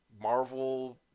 Marvel